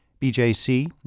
BJC